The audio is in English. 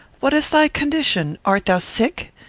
what is thy condition? art thou sick?